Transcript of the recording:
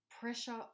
pressure